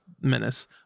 Menace